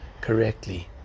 correctly